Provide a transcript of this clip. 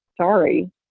Sorry